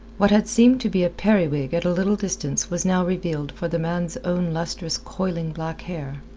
what had seemed to be a periwig at a little distance was now revealed for the man's own lustrous coiling black hair.